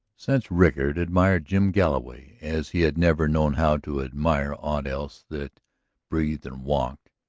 since rickard admired jim galloway as he had never known how to admire aught else that breathed and walked,